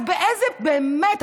אז באמת,